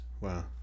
Wow